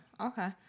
Okay